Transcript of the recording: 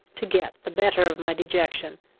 to get the better of my dejection,